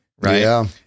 right